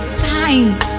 signs